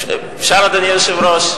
אפשר, אדוני היושב-ראש?